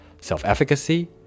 self-efficacy